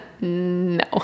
no